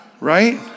Right